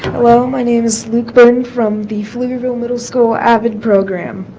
hello my name is luke burn from the pflugerville middle school avid program